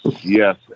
yes